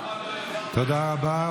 תודה רבה.